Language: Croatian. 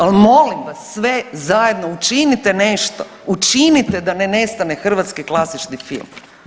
Al molim vas sve zajedno učinite nešto, učinite da ne nestane hrvatski klasični film.